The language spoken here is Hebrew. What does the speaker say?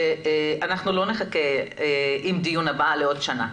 שאנחנו לא נחכה עם הדיון הבא לעוד שנה.